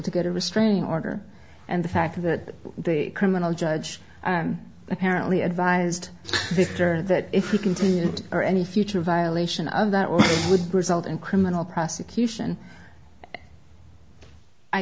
to get a restraining order and the fact that they criminal judge apparently advised her that if you continue or any future violation of that would result in criminal prosecution i